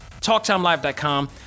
TalkTimeLive.com